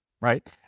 right